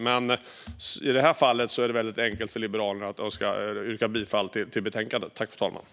I det här fallet är det dock väldigt enkelt för Liberalerna att yrka bifall till utskottets förslag i betänkandet.